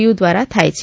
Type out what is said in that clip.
you દ્વારા થાય છે